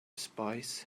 spies